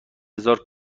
هزار